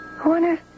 Corner